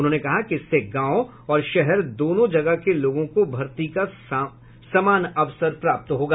उन्होंने कहा कि इससे गांव और शहर दोनों जगह के लोगों को भर्ती का समान अवसर प्राप्त होगा